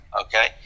Okay